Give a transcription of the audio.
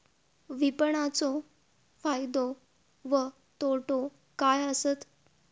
विपणाचो फायदो व तोटो काय आसत?